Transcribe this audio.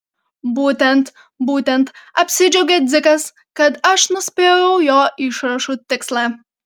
būtent būtent apsidžiaugė dzikas kad aš nuspėjau jo išrašų tikslą